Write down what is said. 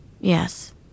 Yes